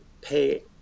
pay